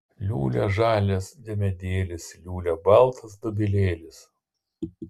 liūlia žalias diemedėlis liūlia baltas dobilėlis